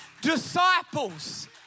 disciples